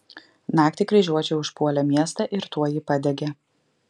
naktį kryžiuočiai užpuolė miestą ir tuoj jį padegė